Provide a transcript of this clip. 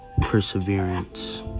perseverance